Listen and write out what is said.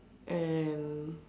and